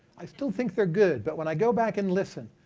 i still think they're good, but when i go back and listen,